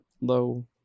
low